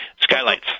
Skylights